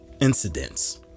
incidents